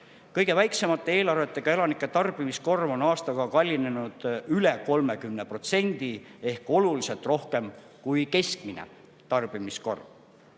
Kõige väiksema eelarvega elanike tarbimiskorv on aastaga kallinenud üle 30% ehk oluliselt rohkem kui keskmine tarbimiskorv.